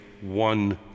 one